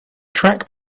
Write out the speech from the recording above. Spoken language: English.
track